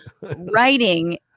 Writing